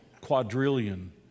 quadrillion